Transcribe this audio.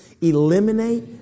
Eliminate